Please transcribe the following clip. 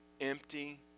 empty